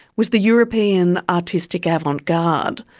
was the european artistic avant-garde.